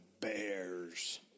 Bears